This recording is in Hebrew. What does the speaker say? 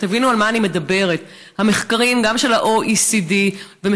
ותבינו על מה אני מדברת: גם המחקרים של ה-OECD ומחקרים